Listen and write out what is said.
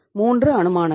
இவையே மூன்று அனுமானங்கள்